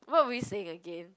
what were we saying again